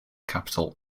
capital